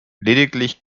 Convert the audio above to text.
lediglich